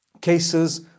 cases